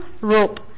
Rope